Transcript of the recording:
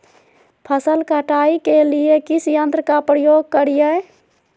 फसल कटाई के लिए किस यंत्र का प्रयोग करिये?